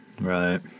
Right